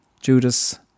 Judas